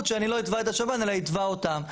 שאני לא אתבע את השב"ן אלא אתבע אותם.